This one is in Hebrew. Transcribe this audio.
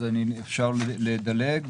אז אפשר לדלג.